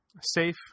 Safe